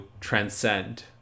transcend